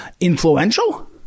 influential